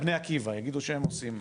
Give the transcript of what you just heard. בני עקיבא יגידו שהם עושים.